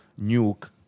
Nuke